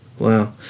Wow